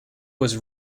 was